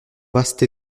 vaste